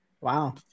Wow